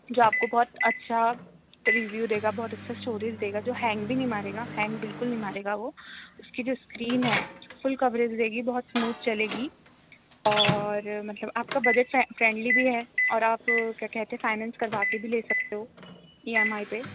जो आपको बहुत अच्छा रीव्यू देगा बहुत अच्छा स्टोरेज होगा जो हैंग भी नहीं मारेगा हैंग बिल्कुल नहीं मारेगा वो उसकी जो स्क्रीन है फ़ुल कवरेज देगी बहुत स्मूद चलेगी और मतलब आपका बजट फ़्रैंडली भी है और आप क्या कहते हैं फ़ाइनेंन्स करवाके भी ले सकते हो ई एम आई पे